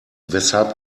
weshalb